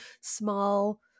small